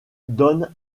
donne